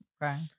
Right